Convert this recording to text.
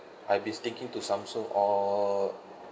i been sticking to samsung all